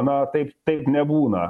na taip taip nebūna